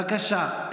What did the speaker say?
בבקשה.